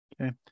Okay